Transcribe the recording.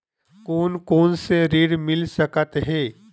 कोन कोन से ऋण मिल सकत हे?